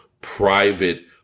private